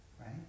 right